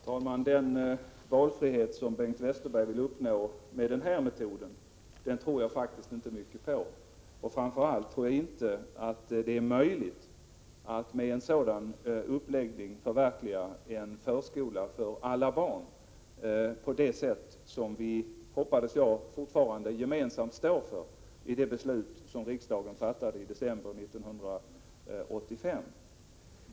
Herr talman! Jag tror faktiskt inte mycket på den valfrihet som Bengt Westerberg vill uppnå med den här metoden. Det är framför allt inte möjligt att med en sådan uppläggning förverkliga målet en förskola för alla barn i enlighet med det beslut — som jag hoppas att vi fortfarande gemensamt står för — som riksdagen fattade i december 1985.